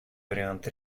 вариант